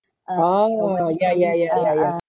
oh ya ya ya ya ya